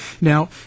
Now